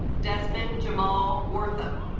desmond jamal wertham